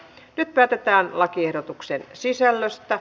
nyt päätetään lakiehdotuksen sisällöstä